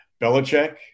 Belichick